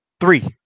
three